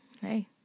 hey